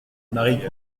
marie